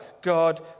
God